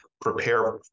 prepare